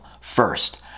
first